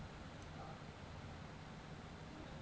লাঠিতে যে স্পিয়ার দিয়ে বেপসার জনহ মাছ ধরে